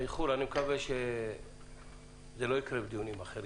האיחור, אני מקווה שלא יקרה בדיונים אחרים.